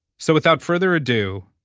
so without further ado,